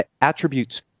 attributes